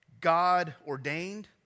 God-ordained